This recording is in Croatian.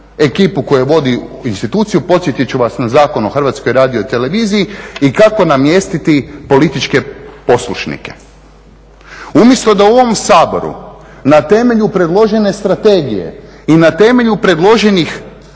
ekipu koja vodi instituciju, podsjetit ću vas na Zakon o HRT-u, i kako namjestiti političke poslušnike. Umjesto da u ovom Saboru na temelju predložene strategije i na temelju predloženih